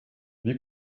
wie